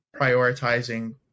prioritizing